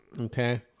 okay